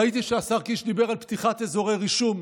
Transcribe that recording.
ראיתי שהשר קיש דיבר על פתיחת אזורי רישום.